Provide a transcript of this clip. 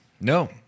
No